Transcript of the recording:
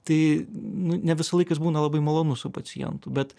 tai nu ne visą laiką jis būna labai malonu su pacientu bet